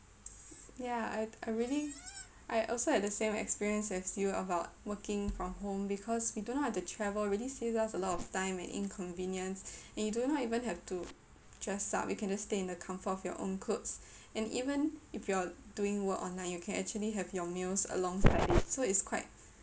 yeah I I really I also had the same experience as you about working from home because we do not have to travel really saves us a lot of time and inconvenience and you do not even have to dress up you can just stay in the comfort of your own clothes and even if you are doing work online you can actually have your meals alongside it so it's quite